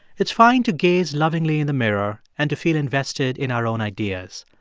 it's fine to gaze lovingly in the mirror and to feel invested in our own ideas.